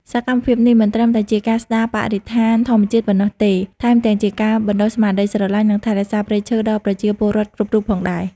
សកម្មភាពនេះមិនត្រឹមតែជាការស្ដារបរិស្ថានធម្មជាតិប៉ុណ្ណោះទេ ថែមទាំងជាការបណ្ដុះស្មារតីស្រឡាញ់ និងថែរក្សាព្រៃឈើដល់ប្រជាពលរដ្ឋគ្រប់រូបផងដែរ។